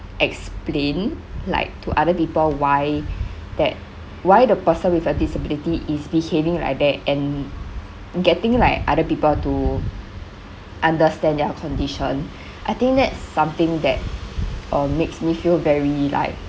explain like to other people why that why the person with a disability is behaving like that and getting like other people to understand their condition I think that's something that uh makes me feel very like